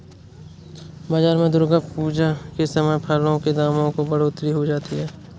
बाजार में दुर्गा पूजा के समय फलों के दामों में बढ़ोतरी हो जाती है